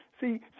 See